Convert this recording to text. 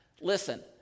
Listen